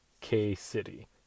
K-City